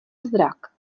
zrak